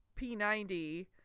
P90